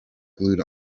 glued